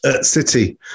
City